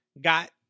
got